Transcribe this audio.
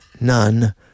none